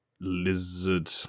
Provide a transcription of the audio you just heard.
lizard